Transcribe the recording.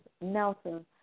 Nelson